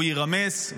הוא יירמס.